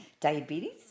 diabetes